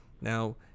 Now